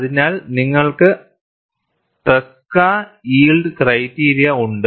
അതിനാൽ നിങ്ങൾക്ക് threshold criteria ഉണ്ട്